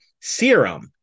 serum